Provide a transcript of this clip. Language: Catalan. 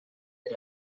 per